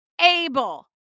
able